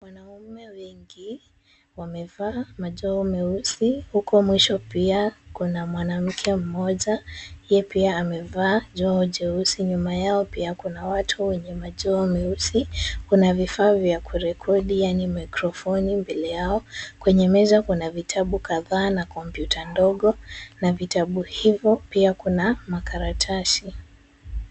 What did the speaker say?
Wanaume wengi wamevaa majoho meusi huku mwisho pia kuna mwanamke mmoja, yeye pia amevaa joho nyeusi. Nyuma yao pia kuna watu wenye majoho meusi. Kuna vifaa vya kurekodi yaani maikrofoni mbele yao. Kwenye meza kuna vitabu kadhaa na kompyuta ndogo na vitabu hivyo pia kuna makaratasi.